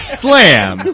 slam